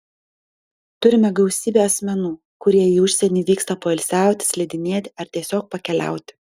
turime gausybę asmenų kurie į užsienį vyksta poilsiauti slidinėti ar tiesiog pakeliauti